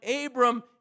Abram